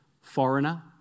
foreigner